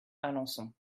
alençon